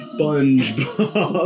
Spongebob